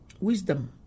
wisdom